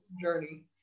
journey